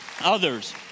others